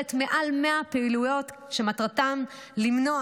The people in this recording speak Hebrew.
שכוללת מעל 100 פעילויות שמטרתן למנוע